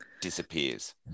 disappears